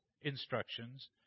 instructions